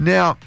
Now